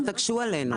אל תקשו עלינו .